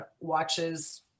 watches